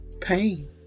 Pain